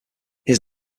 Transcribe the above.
his